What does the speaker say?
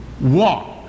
walk